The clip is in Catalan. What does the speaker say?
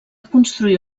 construir